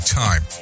time